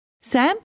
Sam